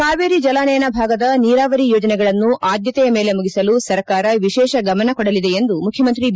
ಕಾವೇರಿ ಜಲಾನಯನ ಭಾಗದ ನೀರಾವರಿ ಯೋಜನೆಗಳನ್ನು ಆದ್ಯತೆಯ ಮೇಲೆ ಮುಗಿಸಲು ಸರ್ಕಾರ ವಿಶೇಷ ಗಮನ ಕೊಡಲಿದೆ ಎಂದು ಮುಖ್ಯಮಂತ್ರಿ ಬಿ